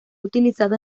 utilizado